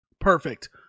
Perfect